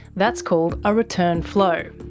that's called a return flow.